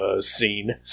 scene